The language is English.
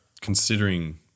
considering